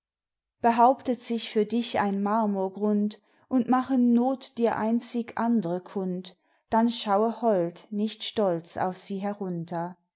behauptet sich für dich ein marmorgrund und machen not dir einzig andre kund dann schaue hold nicht stolz auf sie herunter